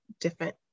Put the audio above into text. different